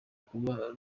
kuba